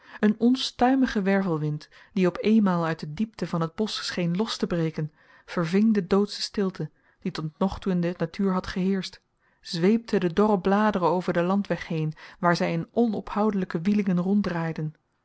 een onstuimige wervelwind die op eenmaal uit de diepte van het bosch scheen los te breken verving de doodsche stilte die tot nog toe in de natuur had geheerscht zweepte de dorre bladeren over den landweg heen waar zij in onophoudelijke